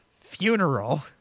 funeral